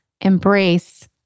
embrace